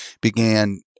began